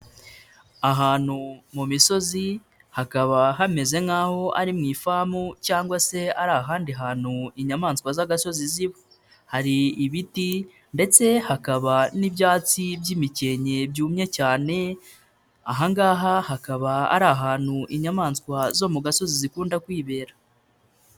Ahantu mu misozi hakaba hameze nkaho ari mu ifamu cyangwa se ari ahandi hantu inyamaswa z'agasozi ziba, hari ibiti ndetse hakaba n'ibyatsi by'imikenke byumye cyane aha ngaha hakaba ari ahantu inyamaswa zo mu gasozi zikunda kwibera.